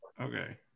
Okay